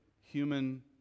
human